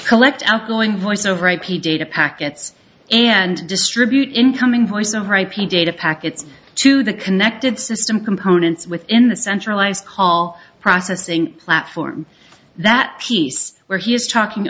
collect outgoing voice over ip data packets and distribute incoming voice over ip data packets to the connected system components within the centralized call processing platform that piece where he is talking